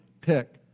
pick